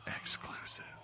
exclusive